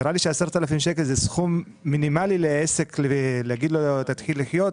נראה לי ש-10,000 שקל זה סכום מינימלי לעסק להגיד לו שיתחיל לחיות.